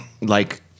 like-